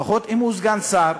לפחות, אם הוא סגן שר,